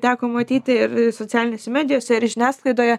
teko matyti ir ir socialinėse medijose ir žiniasklaidoje